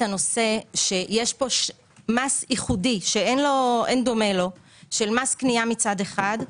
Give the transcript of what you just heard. יש פה מס ייחודי שאין דומה לו של מס קנייה מצד אחד,